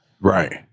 Right